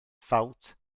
ffawt